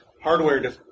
hardware